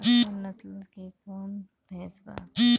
अच्छा नस्ल के कौन भैंस बा?